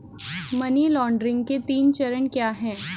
Money laundering के तीन चरण क्या हैं?